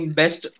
best